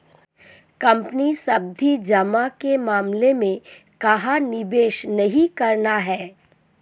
Company सावधि जमा के मामले में कहाँ निवेश नहीं करना है?